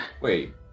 Wait